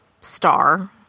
star